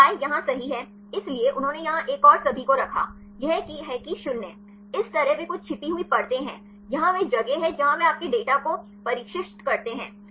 तो Y यहाँ सही है इसलिए उन्होंने यहां एक और सभी को रखा यह है कि 0 इसी तरह वे कुछ छिपी हुई परतें हैं यहाँ वह जगह है जहाँ वे आपके डेटा को प्रशिक्षित करते हैं